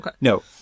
No